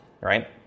right